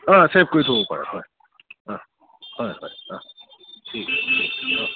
অঁ ছেভ কৰি থ'ব পাৰে হয় অঁ হয় হয় অঁ অঁ